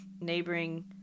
neighboring